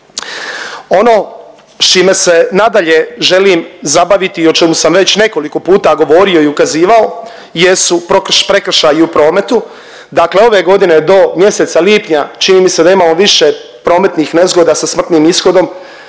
Ono s čime se nadalje želim zabaviti i o čemu sam već nekoliko puta govorio i ukazivao jesu prekršaji u prometu. Dakle ove godine do mjeseca lipnja čini mi se da imamo više prometnih nezgoda sa smrtnim ishodom